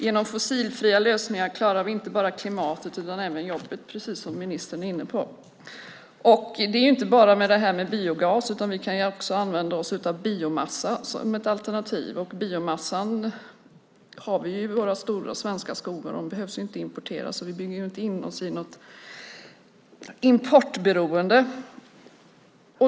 Genom fossilfria lösningar klarar vi inte bara klimatet utan även jobben, precis som ministern är inne på. Det handlar inte bara om biogas, utan vi kan också använda oss av biomassa som ett alternativ. Biomassan har vi i våra stora svenska skogar. Den behöver inte importeras. Vi bygger därför inte in oss i något importberoende.